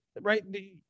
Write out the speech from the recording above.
right